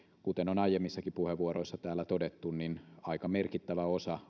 kuten on aiemmissakin puheenvuoroissa täällä todettu aika merkittävä osa